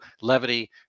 levity